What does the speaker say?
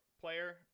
player